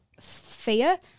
fear